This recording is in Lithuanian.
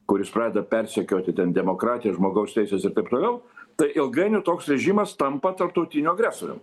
kuris pradeda persekioti ten demokratiją žmogaus teises ir taip toliau tai ilgainiui toks režimas tampa tarptautiniu agresorium